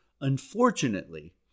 Unfortunately